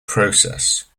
process